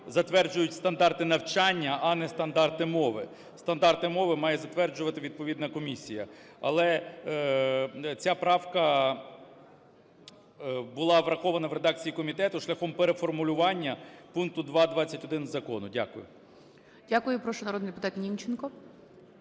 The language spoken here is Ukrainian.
затверджують стандарти навчання, а не стандарти мови. Стандарти мови має затверджувати відповідна комісія. Але ця правка була врахована в редакції комітету шляхом переформулювання пункту 2.21 закону. Дякую. ГОЛОВУЮЧИЙ. Дякую. Прошу, народний депутат Німченко.